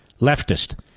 leftist